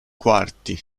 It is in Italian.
quarti